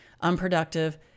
unproductive